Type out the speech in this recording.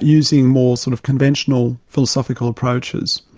using more sort of conventional, philosophical approaches.